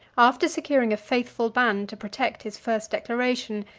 after securing a faithful band to protect his first declaration,